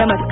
नमस्कार